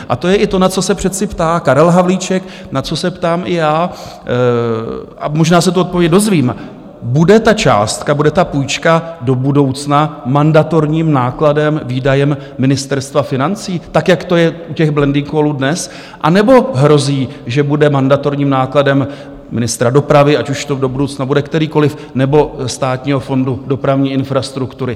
A to je i to, na co se přece ptá Karel Havlíček, na co se ptám i já, a možná se tu odpověď dozvím: Bude ta částka, bude ta půjčka do budoucna mandatorním nákladem, výdajem Ministerstva financí, tak jak to je u těch blending callů dnes, anebo hrozí, že bude mandatorním nákladem ministra dopravy, ať už to do budoucna bude kterýkoliv, nebo Státního fondu dopravní infrastruktury?